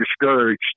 discouraged